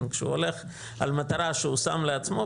כשהוא הולך על מטרה שהוא שם לעצמו,